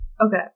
okay